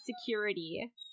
security